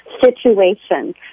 situation